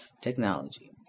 technology